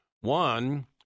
One